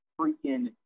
freaking